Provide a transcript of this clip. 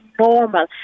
normal